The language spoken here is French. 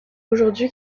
aujourd’hui